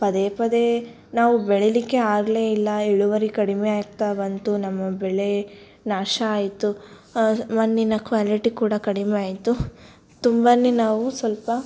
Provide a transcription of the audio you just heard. ಪದೇ ಪದೇ ನಾವು ಬೆಳೀಲಿಕ್ಕೆ ಆಗಲೇ ಇಲ್ಲ ಇಳುವರಿ ಕಡಿಮೆ ಆಗ್ತಾ ಬಂತು ನಮ್ಮ ಬೆಳೆ ನಾಶ ಆಯಿತು ಮಣ್ಣಿನ ಕ್ವಾಲಿಟಿ ಕೂಡ ಕಡಿಮೆ ಆಯಿತು ತುಂಬ ನಾವು ಸ್ವಲ್ಪ